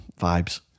vibes